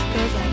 Cause